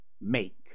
make